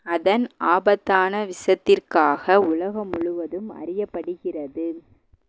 அதன் ஆபத்தான விஷத்திற்காக உலகம் முழுவதும் அறியப்படுகிறது